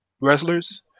wrestlers